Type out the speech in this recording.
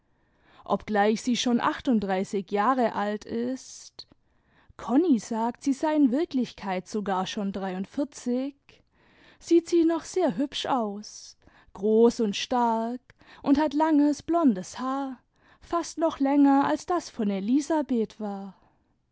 obgleich sie schon achtunddreißig jahre alt ist konni sagt sie sei in wirklichkeit sogar schon dreiundvierzig sieht sie noch sehr hübsch aus groß und stark und hat langes blondes haar fast noch länger als das ven elisabeth war